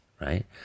right